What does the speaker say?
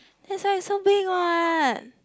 this one is so big what